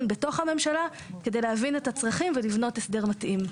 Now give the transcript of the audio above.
בתוך הממשלה כדי להבין את הצרכים ולבנות הסדר מתאים.